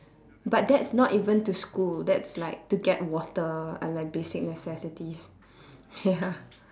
but that's not even to school that's like to get water or like basic necessities ya